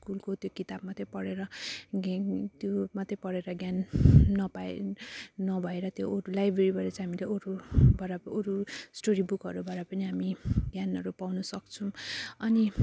स्कुलको त्यो किताब मात्रै पढेर ज्ञान त्यो मात्रै पढेर ज्ञान नपाए नभएर त्यो अरू लाइब्रेरीबाट चाहिँ हामीले अरूबाट अरू स्टोरी बुकहरूबाट पनि हामी ज्ञानहरू पाउनसक्छौँ अनि